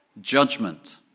judgment